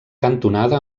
cantonada